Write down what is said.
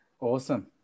Awesome